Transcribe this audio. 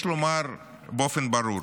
יש לומר באופן ברור: